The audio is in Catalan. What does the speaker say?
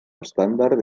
estàndard